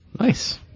Nice